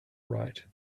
right